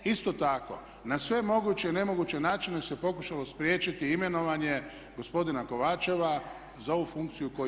Isto tako na sve moguće i nemoguće načine se pokušalo spriječiti imenovanje gospodina Kovačeva za ovu funkciju koju